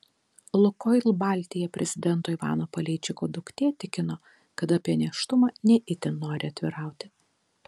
lukoil baltija prezidento ivano paleičiko duktė tikino kad apie nėštumą ne itin nori atvirauti